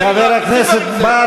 חבר הכנסת בר,